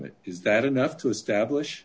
that is that enough to establish